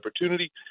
opportunity